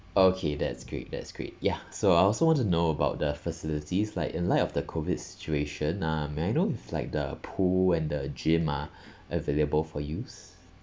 okay that's great that's great ya so I also want to know about the facilities like in light of the COVID situation uh may I know if like the pool and the gym are available for use